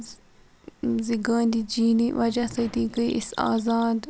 زِ گاندھی جی نہِ وجہ سۭتی گٔے أسۍ آزاد